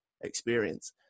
experience